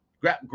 grab